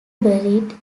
buried